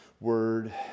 word